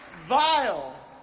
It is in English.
vile